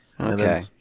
okay